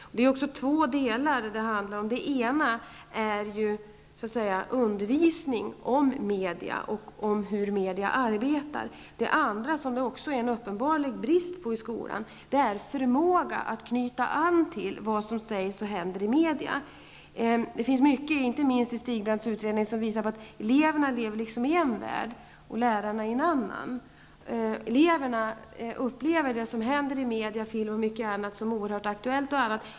Det handlar om två olika saker. Det ena är undervisning om media och hur media arbetar, det andra, där det också finns en uppenbar brist på undervisning i skolan, är förmågan att knyta an till vad som sägs och händer i media. Det finns mycket, inte minst i Stigbrands utredning, som visar på att eleverna lever i en värld och lärarna i en annan. Eleverna upplever det som händer i media, film och mycket annat, som oerhört aktuellt.